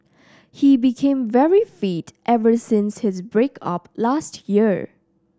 he became very fit ever since his break up last year